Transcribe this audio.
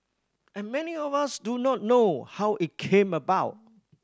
and many of us do not know how it came about